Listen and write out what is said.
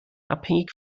abhängig